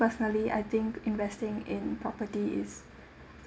personally I think investing in property is